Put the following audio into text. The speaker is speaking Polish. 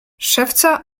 szewca